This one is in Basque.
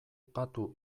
patu